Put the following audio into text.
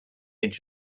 edge